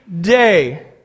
day